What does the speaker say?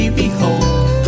behold